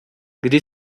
kdy